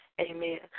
Amen